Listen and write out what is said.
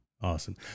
Awesome